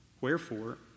Wherefore